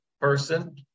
person